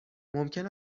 ممکن